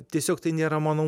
o tiesiog tai nėra manau